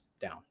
down